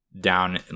down